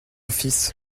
fils